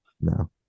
No